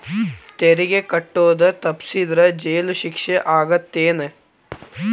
ತೆರಿಗೆ ಕಟ್ಟೋದ್ ತಪ್ಸಿದ್ರ ಜೈಲ್ ಶಿಕ್ಷೆ ಆಗತ್ತೇನ್